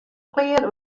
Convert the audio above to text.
klear